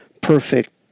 perfect